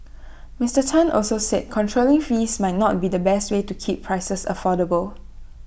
Mister Tan also said controlling fees might not be the best way to keep prices affordable